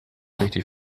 richtig